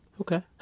Okay